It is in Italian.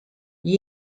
gli